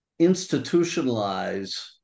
institutionalize